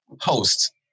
host